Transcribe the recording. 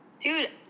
Dude